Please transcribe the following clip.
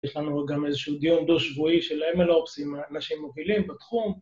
‫יש לנו גם איזשהו דיון דו-שבועי ‫של MLOPS עם האנשים מובילים בתחום.